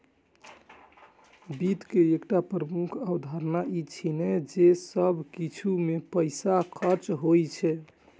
वित्त के एकटा प्रमुख अवधारणा ई छियै जे सब किछु मे पैसा खर्च होइ छै